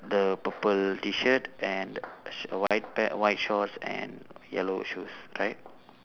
the purple T-shirt and shir~ white pan~ white shorts and yellow shoes right